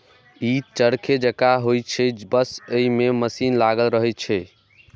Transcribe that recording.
ई चरखे जकां होइ छै, बस अय मे मशीन लागल रहै छै